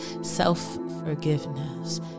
self-forgiveness